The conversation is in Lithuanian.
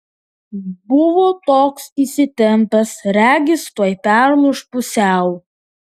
buvo toks įsitempęs regis tuoj perlūš pusiau